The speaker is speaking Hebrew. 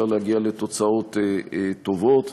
אפשר להגיע לתוצאות טובות,